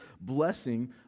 blessing